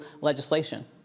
legislation